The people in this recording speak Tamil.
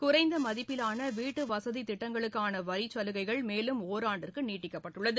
குறைந்த மதிப்பிவான வீட்டு வசதி திட்டங்களுக்காக வரிச் சலுகைகள் மேலும் ஒராண்டிற்கு நீட்டிக்கப்பட்டுள்ளது